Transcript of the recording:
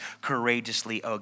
courageously